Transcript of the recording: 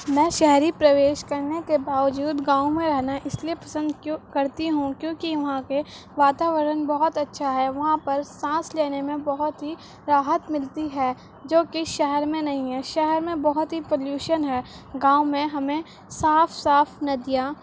میں شہری پرویش کرنے کے باوجود گاؤں میں رہنا اس لیے کیوں پسند کرتی ہوں کیونکہ وہاں کے واتاورن بہت اچھا ہے وہاں پر سانس لینے میں بہت ہی راحت ملتی ہے جو کہ شہر میں نہیں ہے شہر میں بہت ہی پولوشن ہے گاؤں میں ہمیں صاف صاف ندیاں